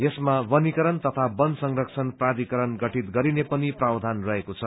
यसमा वनीकरण तथा वन संरक्षण प्राधिकरण गठित गरिने पनि प्रावधान रहेको छ